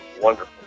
Wonderful